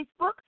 Facebook